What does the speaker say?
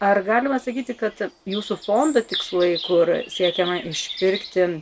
ar galima sakyti kad jūsų fondo tikslai kur siekiama išpirkti